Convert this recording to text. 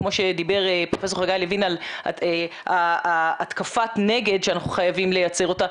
כמו שדיבר פרופ' חגי לוין על התקפת הנגד שאנחנו חייבים לייצר אותה,